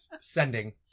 Sending